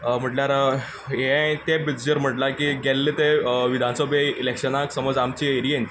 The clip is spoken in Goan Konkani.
म्हळ्यार हें हांयें ते बेसीसचेर म्हणलां की गेल्ले ते विधानसभे इलेक्शनाक समज आमचे एरियेंत